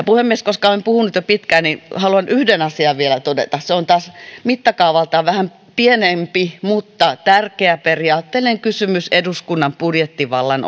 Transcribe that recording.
puhemies vaikka olen puhunut jo pitkään niin haluan vielä yhden asian todeta se on taas mittakaavaltaan vähän pienempi mutta tärkeä periaatteellinen kysymys eduskunnan budjettivallan